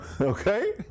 Okay